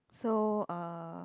so uh